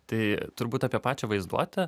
tai turbūt apie pačią vaizduotę